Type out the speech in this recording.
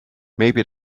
maybe